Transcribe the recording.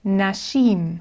nashim